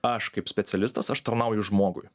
aš kaip specialistas aš tarnauju žmogui